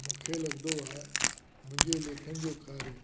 मूंखे लॻंदो आहे मुंहिंजे लेखन जो कार्य